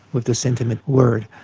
with this intimate word.